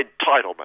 entitlement